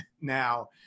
now